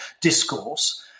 discourse